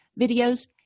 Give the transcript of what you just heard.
videos